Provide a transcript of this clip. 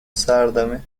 سردمه